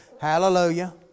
Hallelujah